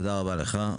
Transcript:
תודה רבה לך.